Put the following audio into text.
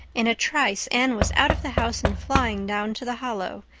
in a trice anne was out of the house and flying down to the hollow,